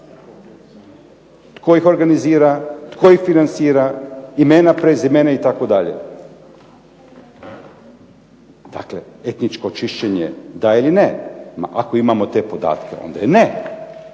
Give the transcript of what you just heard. tko ih organizira, tko ih financira, imena, prezimena itd. Dakle, etničko čišćenje da ili ne, ako imamo te podatke onda je ne,